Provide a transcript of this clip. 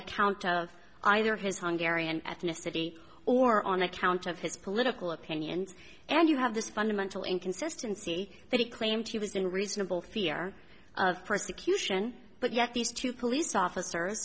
account of either his hungary and ethnicity or on account of his political opinions and you have this fundamental inconsistency that he claims he was in reasonable fear of persecution but yet these two police officers